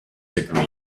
degree